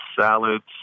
salads